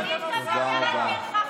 אתה רציני שאתה מדבר על פרחחים?